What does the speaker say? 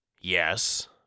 Yes